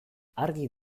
argi